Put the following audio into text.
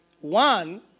one